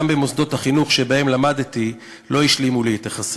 גם במוסדות החינוך שבהם למדתי לא השלימו לי את החסר.